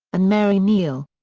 and mary neal.